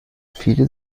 viele